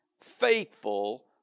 faithful